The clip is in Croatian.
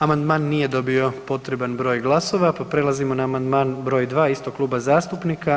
Amandman nije dobio potreban broj glasova, pa prelazimo na amandman br. 2 istog kluba zastupnika.